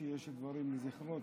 שיש דברים לזכרו.